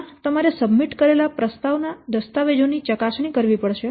પહેલાં તમારે સબમિટ કરેલા પ્રસ્તાવ ના દસ્તાવેજો ની ચકાસણી કરવી પડશે